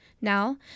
now